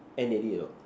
end already or not